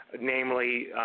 Namely